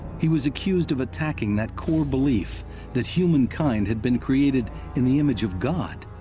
he was accused of attacking that core belief that humankind had been created in the image of god,